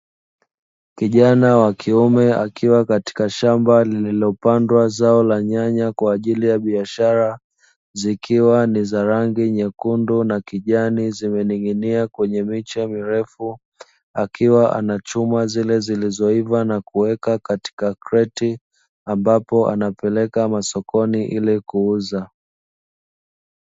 Kijana wa kiume akiwa katika shamba lililopandwa zao la nyanya kwa ajili ya biashara, zikiwa ni za rangi nyekundu na kijani, zimening'inia kwenye miche mirefu. Akiwa anachuma zile zilizoiva na kuziweka katika kreti, ambapo anapeleka sokoni ili kuuza.